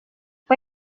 fue